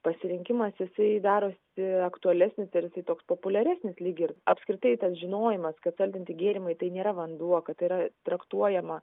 pasirinkimas jisai darosi aktualesnis ir jisai toks populiaresnis lyg ir apskritai tas žinojimas kad saldinti gėrimai tai nėra vanduo kad tai yra traktuojama